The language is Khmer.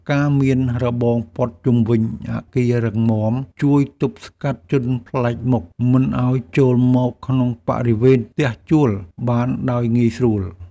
ការមានរបងព័ទ្ធជុំវិញអគាររឹងមាំជួយទប់ស្កាត់ជនប្លែកមុខមិនឱ្យចូលមកក្នុងបរិវេណផ្ទះជួលបានដោយងាយស្រួល។